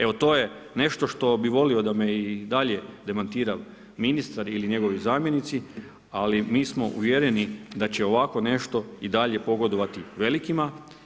Evo to je nešto što bi volio da me i dalje demantira ministar ili njegovi zamjenici, ali mi smo uvjereni da će ovakvo nešto i dalje pogodovati velikima.